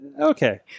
Okay